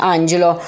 Angelo